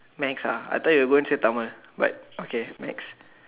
maths ah I thought you going say Tamil but okay maths